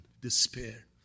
Despair